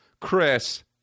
Chris